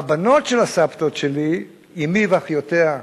והבנות של הסבתות שלי, אמי ואחיותיה,